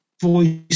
voice